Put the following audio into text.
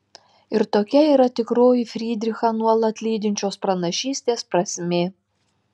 ir tokia yra tikroji frydrichą nuolat lydinčios pranašystės prasmė